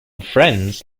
friends